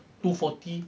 two forty